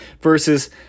Versus